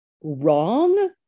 wrong